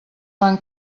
van